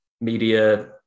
media